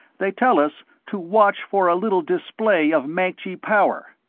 they tell us to watch for a little display of mancji power.